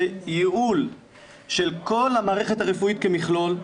זה ייעול של כל המערכת הרפואית כמכלול,